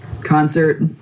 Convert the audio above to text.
concert